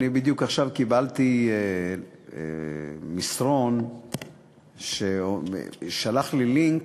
אני בדיוק עכשיו קיבלתי מסרון ששלח לי לינק